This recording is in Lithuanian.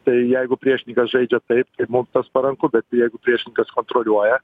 tai jeigu priešininkas žaidžia taip kaip mum tas paranku bet jeigu priešininkas kontroliuoja